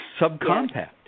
subcompact